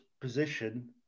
position